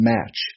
Match